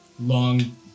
long